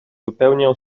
wypełniał